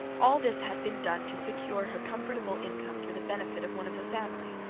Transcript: all this had been done to secure her comfortable income for the benefit of one of the family!